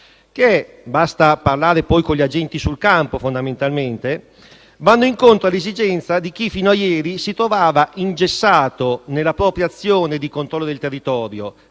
che - basta parlare con gli agenti sul campo, fondamentalmente - vanno incontro alle esigenze di chi fino a ieri si trovava ingessato nella propria azione di controllo del territorio